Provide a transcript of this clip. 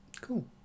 Cool